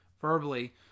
verbally